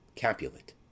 Capulet